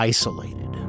Isolated